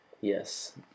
Yes